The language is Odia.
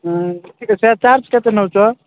ହୁଁ ଠିକ୍ ଅଛି ଚାର୍ଜ କେତେ ନେଉଛ